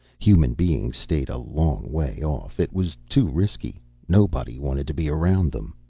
human beings stayed a long way off. it was too risky nobody wanted to be around them.